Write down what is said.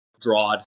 drawed